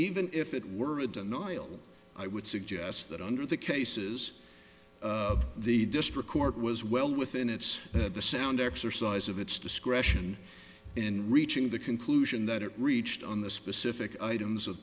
even if it were a denial i would suggest that under the cases the district court was well within its the sound exercise of its discretion in reaching the conclusion that it reached on the specific items o